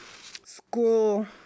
school